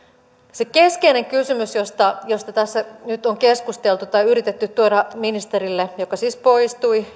se keskeinen kysymys josta josta tässä nyt on keskusteltu tai jota on yritetty tuoda esille ministerille joka siis poistui